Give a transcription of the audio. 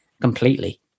completely